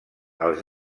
els